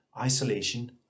isolation